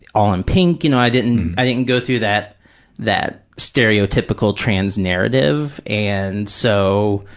all in pink. you know, i didn't i didn't go through that that stereotypical trans narrative. and so,